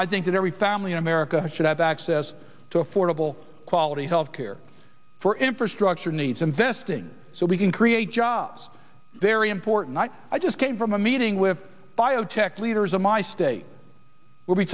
i think that every family in america should have access to affordable quality health care for infrastructure needs investing so we can create jobs very important i just came from a meeting with biotech leaders in my state where we